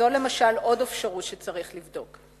זו, למשל, עוד אפשרות שצריך לבדוק.